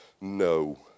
no